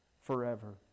forever